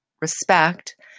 respect